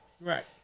Right